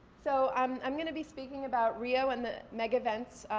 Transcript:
so um i'm gonna be speaking about rio and the mega-events,